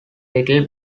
little